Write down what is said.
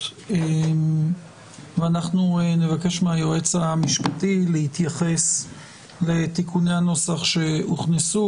ואנחנו נבקש מהייעוץ המשפטי להתייחס לתיקוני הנוסח שהוכנסו,